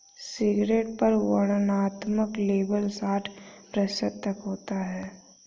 cigarette पर वर्णनात्मक label साठ प्रतिशत तक होता है